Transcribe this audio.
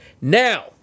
Now